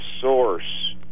source